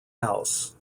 house